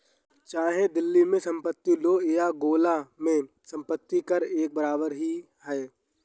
चाहे दिल्ली में संपत्ति लो या गोला में संपत्ति कर एक बराबर ही है